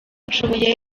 nshoboye